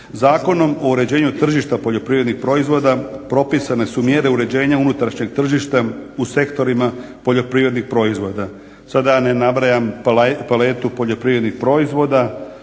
Zakonom o uređenju tržišta poljoprivrednih proizvoda propisane su mjere uređenja unutrašnjeg tržišta u sektorima poljoprivrednih proizvoda, sad da ja ne nabrajam paletu poljoprivrednih proizvoda